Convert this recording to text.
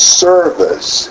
service